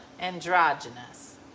androgynous